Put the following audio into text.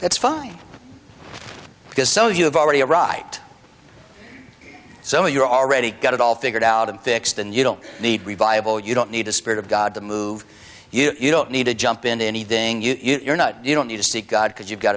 that's fine because so you have already a right so you're already got it all figured out and fixed and you don't need revival you don't need a spirit of god to move you don't need to jump into anything you're not you don't need to seek god because you've got